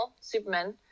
Superman